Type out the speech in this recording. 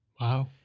Wow